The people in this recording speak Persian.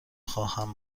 خواهم